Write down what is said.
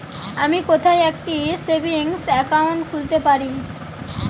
আমি কোথায় একটি সেভিংস অ্যাকাউন্ট খুলতে পারি?